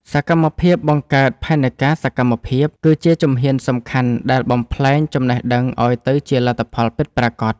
សកម្មភាពបង្កើតផែនការសកម្មភាព គឺជាជំហានសំខាន់ដែលបំប្លែងចំណេះដឹងឱ្យទៅជាលទ្ធផលពិតប្រាកដ។